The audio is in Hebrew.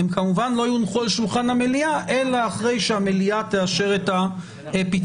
הם כמובן לא יונחו על שולחן המליאה אלא אחרי שהמליאה תאשר את הפיצול.